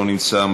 לא נמצא,